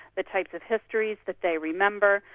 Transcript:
the types of history that they remember,